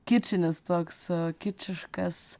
kičinis toks kičiškas